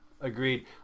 agreed